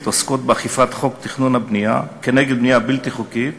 עוסקות באכיפת חוק התכנון והבנייה כנגד בנייה בלתי חוקית